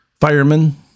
firemen